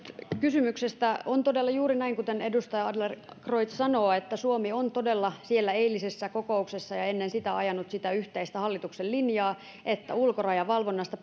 kysymyksestä on todella juuri näin kuten edustaja adlercreutz sanoo että suomi on siellä eilisessä kokouksessa ja ennen sitä ajanut sitä yhteistä hallituksen linjaa että ulkorajavalvonnasta